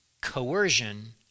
coercion